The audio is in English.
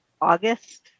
August